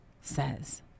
says